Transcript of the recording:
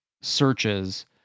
searches